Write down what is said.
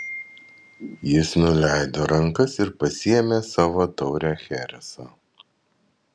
jis nuleido rankas ir pasiėmė savo taurę chereso